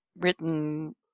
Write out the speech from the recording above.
written